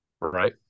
Right